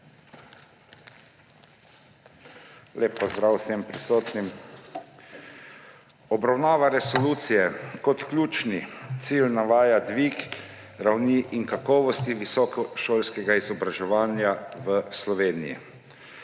Lep pozdrav vsem prisotnim! Obravnavana resolucija kot ključni cilj navaja dvig ravni in kakovosti visokošolskega izobraževanja v Sloveniji.